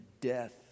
death